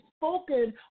spoken